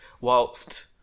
whilst